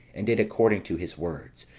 and did according to his words,